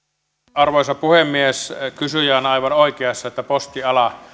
arvoisa puhemies kysyjä on aivan oikeassa että postiala